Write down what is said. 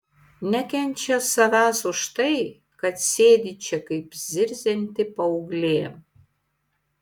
nekenčia savęs už tai kad sėdi čia kaip zirzianti paauglė